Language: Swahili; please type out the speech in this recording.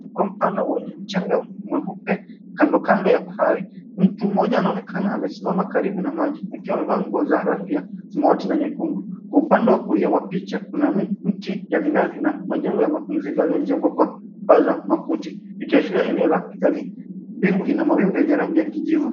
...kwa mfano wenye mchanga mweupe kandokando ya bahari, mtu mmoja anaonekana amesimama karibu na maji akiwa amevaa nguo za rangi ya samawati na nyekundu. Kwa upande wa kulia wa picha kuna mti ya minazi na majengo ya mapumziko yaliyojengwa kwa paza makuti ikiashiria eneo la kitalii. Mbingu ina mawingu yenye rangi ya kijivu.